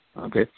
okay